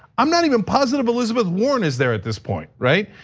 i'm not even positive elizabeth warren is there at this point, right.